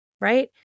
Right